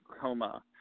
coma